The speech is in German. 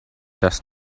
dass